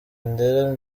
ndera